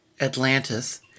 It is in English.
Atlantis